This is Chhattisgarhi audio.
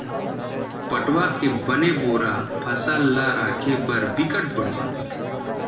पटवा के बने बोरा ह फसल ल राखे बर बिकट बड़िहा होथे